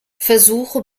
versuche